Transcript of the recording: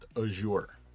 Azure